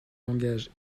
langage